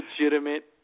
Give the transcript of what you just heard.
legitimate